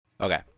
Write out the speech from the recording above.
Okay